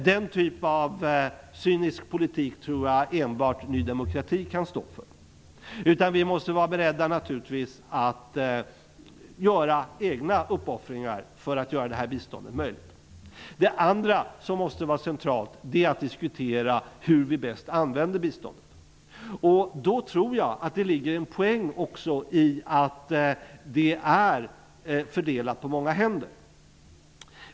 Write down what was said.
Den typen av cynisk politik tror jag enbart Ny demokrati kan stå för. Vi måste naturligtvis vara beredda att göra egna uppoffringar för att göra det här biståndet möjligt. Det andra som måste vara centralt är att diskutera hur vi bäst använder biståndet. Jag tror att det ligger en poäng i att det är fördelat på många händer.